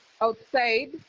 outside